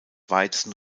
weizen